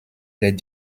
les